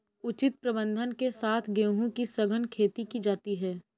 उचित प्रबंधन के साथ गेहूं की सघन खेती की जाती है